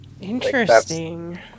Interesting